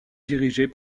dirigé